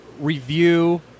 review